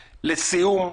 לסיום,